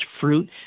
fruit